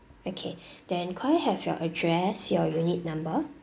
okay then could I have your address your unit number